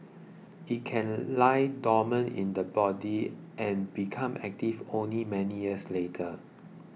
it can lie dormant in the body and become active only many years later